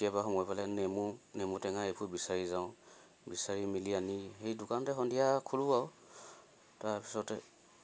কেতিয়াবা সময় পেলাই নেমু নেমু টেঙা এইবোৰ বিচাৰি যাওঁ বিচাৰি মেলি আনি সেই দোকানতে সন্ধিয়া খোলোঁ আৰু তাৰপিছতে